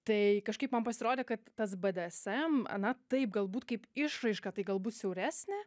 tai kažkaip man pasirodė kad tas bdsm ane taip galbūt kaip išraiška tai gal bus siauresnė